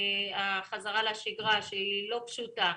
החזרה לשגרה שיהא לא פשוטה.